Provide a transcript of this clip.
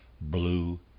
blue